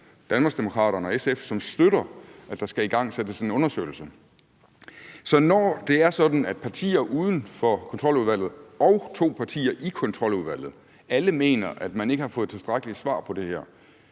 Danmarksdemokraterne og SF, som støtter, at der skal igangsættes en undersøgelse. Så når det er sådan, at partier uden for Kontroludvalget og to partier i Kontroludvalget alle mener, at man ikke har fået tilstrækkelige svar på det her,